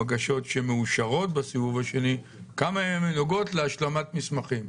הבקשות שמאושרות בסיבוב השני נוגעות להשלמת מסמכים,